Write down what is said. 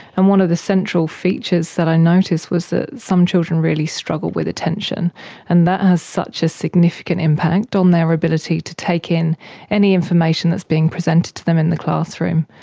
and one of the central features that i noticed was that some children really struggle with attention and that has such a significant impact on their ability to take in any information that is being presented to them in the classroom.